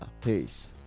Peace